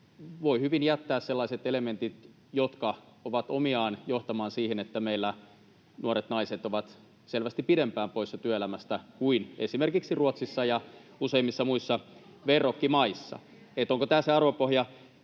voi hyvin jättää sellaiset elementit, jotka ovat omiaan johtamaan siihen, että meillä nuoret naiset ovat selvästi pidempään poissa työelämästä kuin esimerkiksi Ruotsissa ja useimmissa muissa verrokkimaissa. [Välihuutoja